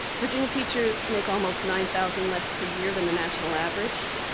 virginia teachers make almost nine thousand less per year than the national average.